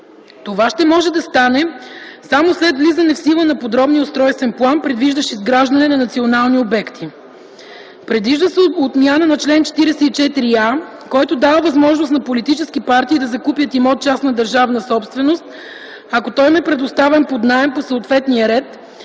Това ще може да стане само след влизане в сила на подробния устройствен план, предвиждащ изграждане на национални обекти. Предвижда се отмяна на чл. 44а, който дава възможност на политически партии да закупят имот - частна държавна собственост, ако той им е предоставен под наем по съответния ред,